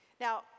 Now